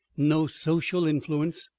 no social influence,